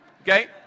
Okay